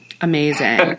Amazing